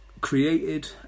created